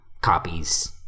copies